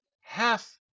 half